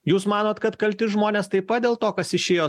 jūs manot kad kalti žmonės taip pat dėl to kas išėjo